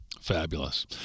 Fabulous